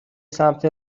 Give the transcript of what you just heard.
سمت